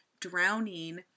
drowning